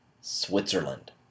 Switzerland